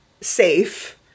safe